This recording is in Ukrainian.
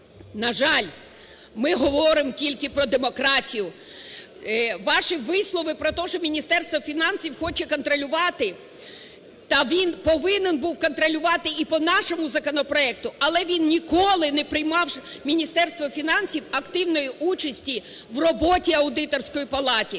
На жаль, ми говоримо тільки про демократію. Ваші вислови про те, що Міністерство фінансів хоче контролювати, та він повинен був контролювати і по нашому законопроекту, але він ніколи не приймав… Міністерство фінансів активної участі в роботі Аудиторської палати,